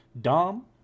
Dom